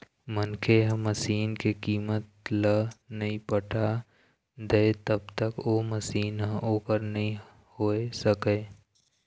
मनखे ह मसीन के कीमत ल नइ पटा दय तब तक ओ मशीन ह ओखर नइ होय सकय